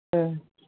ꯑꯥ